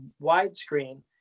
widescreen